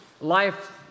life